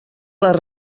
les